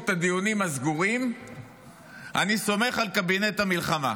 הדיונים הסגורים אני סומך על קבינט המלחמה.